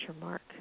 mark